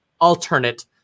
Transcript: alternate